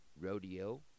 rodeo